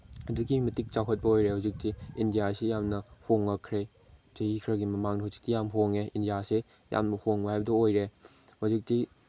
ꯑꯗꯨꯛꯀꯤ ꯃꯇꯤꯛ ꯆꯥꯎꯈꯠꯄ ꯑꯣꯏꯔꯦ ꯍꯧꯖꯤꯛꯇꯤ ꯏꯟꯗꯤꯌꯥꯁꯤ ꯌꯥꯝꯅ ꯍꯣꯡꯉꯛꯈ꯭ꯔꯦ ꯆꯍꯤ ꯈꯔꯒꯤ ꯃꯃꯥꯡ ꯍꯧꯖꯤꯛꯇꯤ ꯌꯥꯝ ꯍꯣꯡꯉꯦ ꯏꯟꯗꯤꯌꯥꯁꯦ ꯌꯥꯝ ꯍꯣꯡꯕ ꯍꯥꯏꯕꯗꯨ ꯑꯣꯏꯔꯦ ꯍꯧꯖꯤꯛꯇꯤ